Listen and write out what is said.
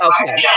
Okay